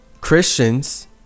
Christians